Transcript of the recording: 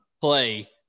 play